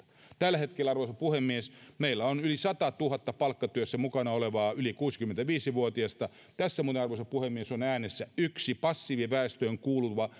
tällä hetkellä arvoisa puhemies meillä on yli sadassatuhannessa palkkatyössä mukana olevaa yli kuusikymmentäviisi vuotiasta tässä muuten arvoisa puhemies on äänessä yksi passiiviväestöön kuuluva